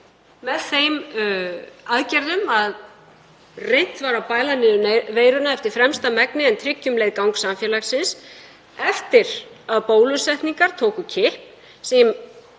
með þeim aðgerðum að reynt var að bæla niður veiruna eftir fremsta megni en tryggja um leið gang samfélagsins. Eftir að bólusetningar tóku kipp,